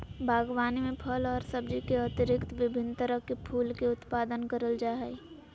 बागवानी में फल और सब्जी के अतिरिक्त विभिन्न तरह के फूल के उत्पादन करल जा हइ